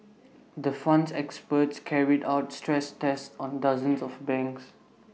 the Fund's experts carried out stress tests on dozens of banks